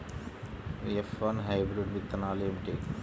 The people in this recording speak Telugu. ఎఫ్ వన్ హైబ్రిడ్ విత్తనాలు ఏమిటి?